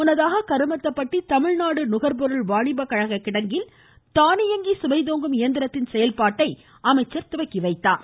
முன்னதாக கருமத்தம்பட்டி தமிழ்நாடு நுகர்பொருள் வாணிப கழக கிடங்கில் தானியங்கி சுமைதூக்கும் இயந்திரத்தின் செயல்பாட்டை அமைச்சா் துவக்கி வைத்தாா்